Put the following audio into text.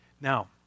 Now